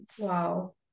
Wow